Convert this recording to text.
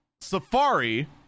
Safari